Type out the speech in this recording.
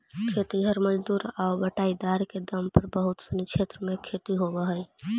खेतिहर मजदूर आउ बटाईदार के दम पर बहुत सनी क्षेत्र में खेती होवऽ हइ